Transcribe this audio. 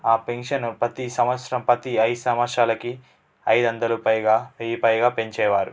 ఆ పెన్షను ప్రతి సంవత్సరం ప్రతి ఐదు సంవత్సరాలకి ఐదువందలుపైగా వెయ్యిపైగా పెంచేవారు